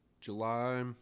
July